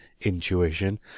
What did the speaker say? intuition